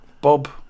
Bob